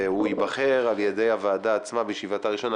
והוא ייבחר על-ידי הוועדה עצמה בישיבתה הראשונה.